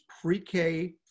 pre-K